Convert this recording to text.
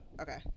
Okay